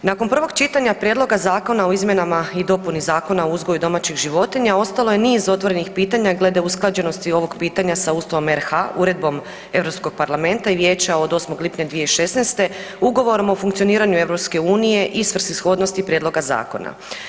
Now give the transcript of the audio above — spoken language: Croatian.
Nakon prvog čitanja Prijedloga Zakona o izmjenama i dopuni Zakona o uzgoju domaćih životinja ostalo je niz otvorenih pitanja glede usklađenosti ovog pitanja sa Ustavom RH, Uredbom Europskog parlamenta i Vijeća od 8. lipnja 2016., Ugovorom o funkcioniranju EU-a i svrsishodnosti prijedloga zakona.